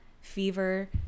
fever